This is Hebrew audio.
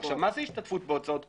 מה זה השתתפות בהוצאות קבועות?